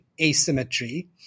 asymmetry